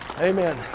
Amen